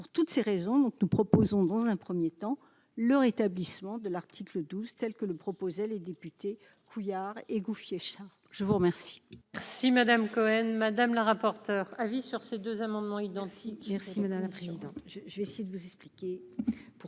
pour toutes ces raisons, nous proposons dans un 1er temps le rétablissement de l'article 12, telle que le proposait les députés Couillard et Gouffier Cha, je vous remercie.